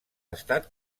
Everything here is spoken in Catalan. estat